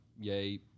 Yay